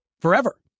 forever